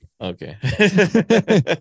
Okay